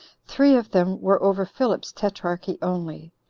three of them were over philip's tetrarchy only,